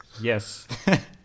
Yes